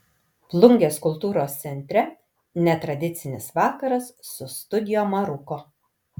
plungės kultūros centre netradicinis vakaras su studio maruko